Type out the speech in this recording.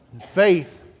faith